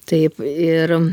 taip ir